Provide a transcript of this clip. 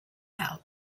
out